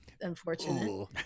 unfortunate